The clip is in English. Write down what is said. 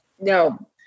No